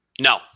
No